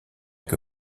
que